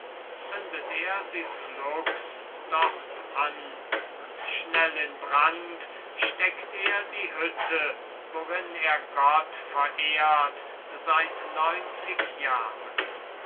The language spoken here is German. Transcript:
zündet er sie flugs dort an und schnell in brand steckt er die hütte worin er gott verehrt seit neunzig jahren